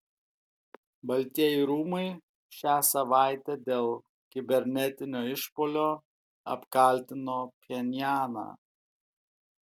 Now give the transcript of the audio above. baltieji rūmai šią savaitę dėl kibernetinio išpuolio apkaltino pchenjaną